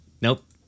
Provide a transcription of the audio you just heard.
Nope